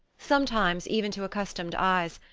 sometimes, even to accustomed eyes,